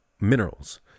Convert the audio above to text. minerals